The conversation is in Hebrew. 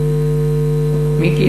מיקי?